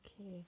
okay